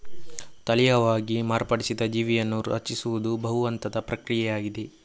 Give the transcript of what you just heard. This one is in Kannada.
ತಳೀಯವಾಗಿ ಮಾರ್ಪಡಿಸಿದ ಜೀವಿಯನ್ನು ರಚಿಸುವುದು ಬಹು ಹಂತದ ಪ್ರಕ್ರಿಯೆಯಾಗಿದೆ